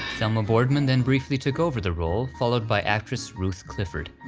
thelma boardman then briefly took over the role, followed by actress ruth clifford,